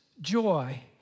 joy